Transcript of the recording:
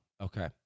Okay